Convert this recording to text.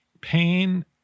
pain